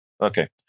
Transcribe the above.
okay